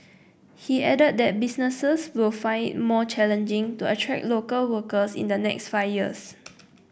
he added that businesses will find it more challenging to attract local workers in the next five years